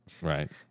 right